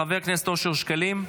חבר הכנסת אושר שקלים,